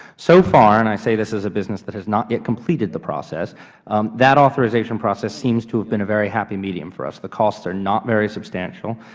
so far and i say this as a business that has not yet completed the process that authorization process seems to have been a very happy medium for us. the costs are not very substantial.